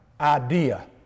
idea